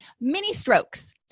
Mini-strokes